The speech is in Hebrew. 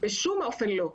בשום אופן לא,